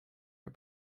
are